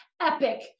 epic